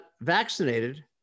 vaccinated